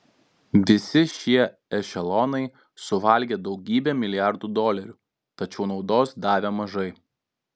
visi šie ešelonai suvalgė daugybę milijardų dolerių tačiau naudos davė mažai